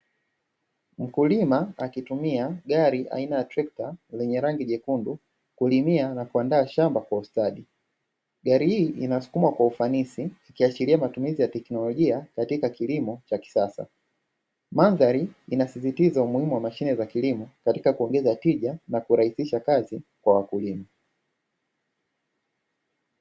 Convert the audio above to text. Mkulima akitumia gari aina ya trekta lenye rangi jekundu, kulimia na kuandaa shamba kwa ustadi. Gari hii inasukumwa kwa ufanisi ikiashiria matumizi ya teknolojia katika kilimo cha kisasa. Mandhari inasisitiza umuhimu wa mashine za kilimo katika kuongeza tija na kurahisisha kazi kwa wakulima.